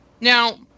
Now